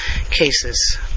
cases